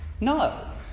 no